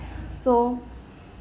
so